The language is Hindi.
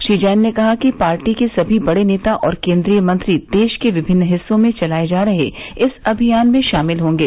श्री जैन ने कहा कि पार्टी के सभी बड़े नेता और केन्द्रीय मंत्री देश के विभिन्न हिस्सों में चलाए जा रहे इस अभियान में शामिल होंगे